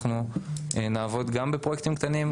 אנחנו נעבוד גם בפרויקטים קטנים,